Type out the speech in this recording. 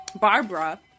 Barbara